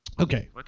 Okay